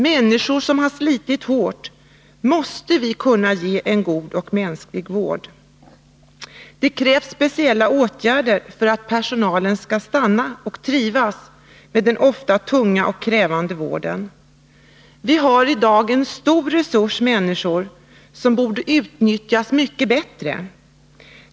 Människor som har slitit hårt måste vi kunna ge en god och mänsklig vård. Det krävs speciella åtgärder för att personalen skall stanna och trivas med den ofta tunga och krävande vården. Vi har i dag en stor resurs människor, som borde utnyttjas mycket bättre.